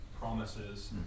promises